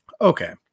Okay